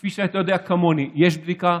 כפי שאתה יודע כמוני, יש בדיקה.